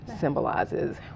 symbolizes